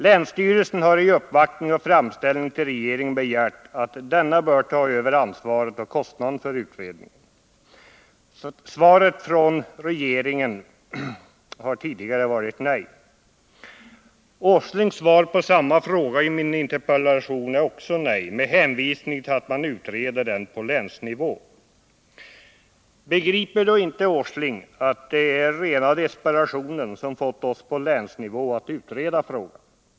Länsstyrelsen har i uppvaktning och framställning till regeringen begärt att denna skall ta över ansvaret och kostnaden för utredningen. Svaret från regeringen har tidigare varit nej. Nils Åslings svar på samma fråga i min interpellation är också nej med hänvisning till att man utreder den på länsnivå. Begriper då inte Nils Åsling att det är rena I desperationen som fått oss på länsnivå att utreda frågan?